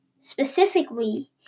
specifically